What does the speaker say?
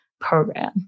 program